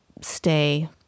stay